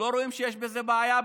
הם לא רואים שיש בזה בעיה בכלל.